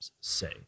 say